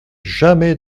jamais